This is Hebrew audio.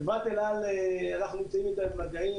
חברת אל על אנחנו נמצאים איתה במגעים